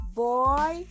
boy